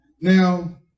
Now